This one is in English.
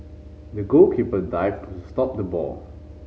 the goalkeeper dived to stop the ball